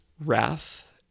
wrath